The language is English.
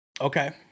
Okay